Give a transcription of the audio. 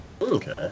Okay